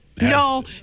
No